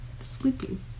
sleeping